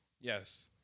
yes